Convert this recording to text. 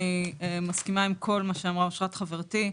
אני מסכימה עם כל מה שאמרה חברתי אושרת.